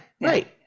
right